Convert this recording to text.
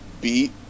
beat